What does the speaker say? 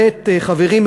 חברים,